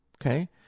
okay